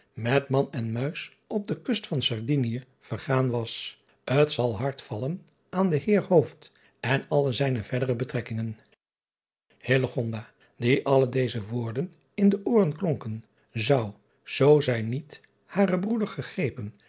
met man en muis op de kust van ardinie vergaan was t al hard vallen aan den eer en alle zijne verdere betrekkingen die alle deze woorden in de ooren klonken zou zoo zij niet haren broeder gegrepen